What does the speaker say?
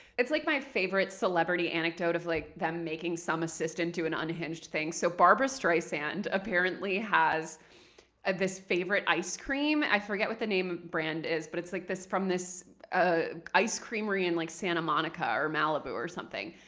it's like my favorite celebrity anecdote of like them making some assistant to an unhinged thing. so barbara streisand apparently has ah this favorite ice cream. i forget with the name brand is, but it's like from this ah ice creamery in like santa monica or malibu or something.